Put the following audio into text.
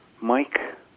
Mike